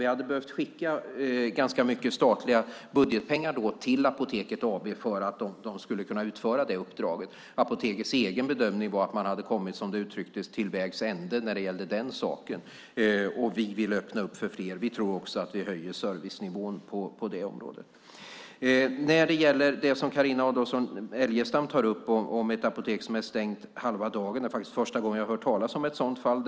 Vi skulle ha behövt skicka ganska mycket statliga budgetpengar till Apoteket AB för att de skulle kunna utföra det uppdraget. Apotekets egen bedömning var att man hade kommit till vägs ände när det gällde den saken. Vi ville öppna för fler. Vi tror också att det höjer servicenivån. Carina Adolfsson Elgestam talar om ett apotek som är stängt halva dagen. Det är faktiskt första gången jag hör talas om ett sådant fall.